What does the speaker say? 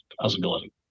possibility